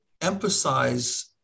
emphasize